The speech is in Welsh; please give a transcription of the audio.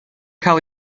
cael